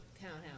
townhouse